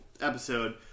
episode